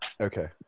okay